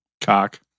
Cock